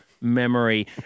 memory